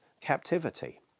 captivity